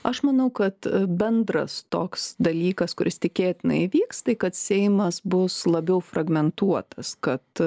aš manau kad bendras toks dalykas kuris tikėtina įvyks tai kad seimas bus labiau fragmentuotas kad